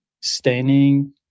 standing